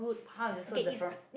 how is it so different